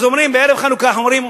אז בערב חנוכה אנחנו אומרים: